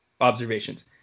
observations